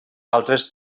altres